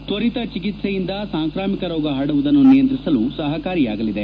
ತ್ವರಿತ ಚಿಕಿತ್ಸೆ ಯಿಂದ ಸಾಂಕ್ರಾಮಿಕ ರೋಗ ಹರಡುವುದನ್ನು ನಿಯಂತ್ರಿಸಲು ಸಹಕಾರಿಯಾಗಲಿದೆ